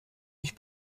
ich